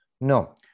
No